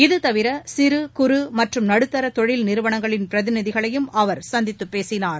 இதுதவிர சிறு குறு மற்றம் நடுத்தர தொழில் நிறுவனங்களின் பிரதிநிதிகளையும் அவர் சந்தித்துப் பேசினார்